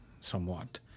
somewhat